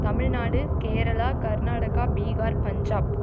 Tamil Nadu Kerala Karnataka Bihar Punjab